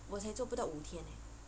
我才做不到五天呃